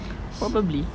probably